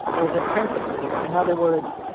there's a principle here. in other words,